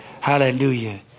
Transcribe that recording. Hallelujah